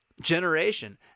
generation